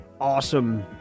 awesome